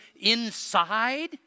inside